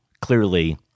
clearly